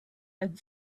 had